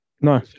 No